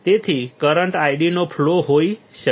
તેથી current ID નો flow હોઈ શકે છે